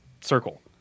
circle